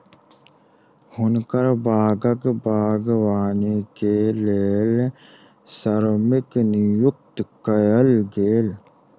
हुनकर बागक बागवानी के लेल श्रमिक नियुक्त कयल गेल